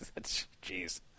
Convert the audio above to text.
Jeez